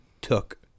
took